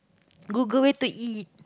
Google it to E